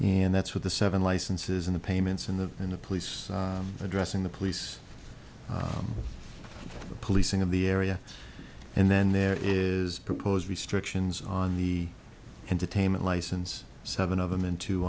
and that's what the seven licenses in the payments in the in the police addressing the police policing of the area and then there is proposed restrictions on the entertainment license seven of them into